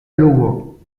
lugo